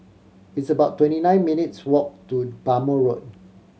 it's about twenty nine minutes' walk to Bhamo Road